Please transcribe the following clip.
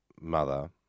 mother